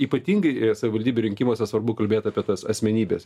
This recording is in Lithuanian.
ypatingai savivaldybių rinkimuose svarbu kalbėt apie tas asmenybes